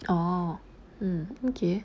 orh mm okay